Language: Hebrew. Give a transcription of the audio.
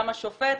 גם השופט,